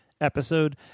episode